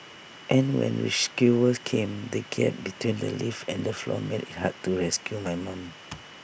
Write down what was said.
and when rescuers came the gap between the lift and the floor made IT hard to rescue my mum